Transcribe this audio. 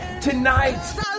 tonight